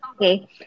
Okay